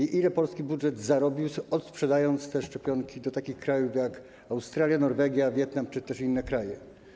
I ile polski budżet zarobił, odsprzedając te szczepionki do takich krajów jak Australia, Norwegia, Wietnam czy też inne kraje?